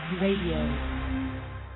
radio